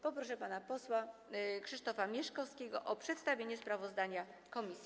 Proszę pana posła Krzysztofa Mieszkowskiego o przedstawienie sprawozdania komisji.